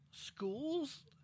Schools